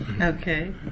Okay